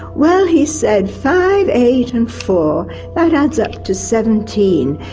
well he said, five. eight and four that adds up to seventeen,